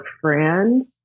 friend